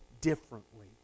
differently